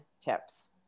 tips